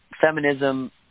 feminism